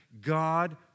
God